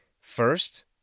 First